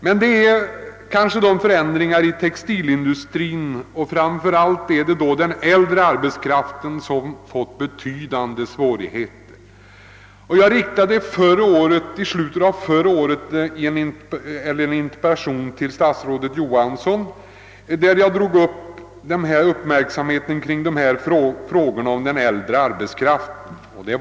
Men det är framför allt textilindustrin och den äldre arbetskraften där som fått vidkännas betydande svårigheter. I slutet av förra året framställde jag en interpellation till statsrådet Johansson, i vilken jag fäste uppmärksamheten på den äldre arbetskraftens situation.